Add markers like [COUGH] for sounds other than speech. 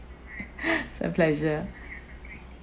[LAUGHS] so pleasure